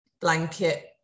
blanket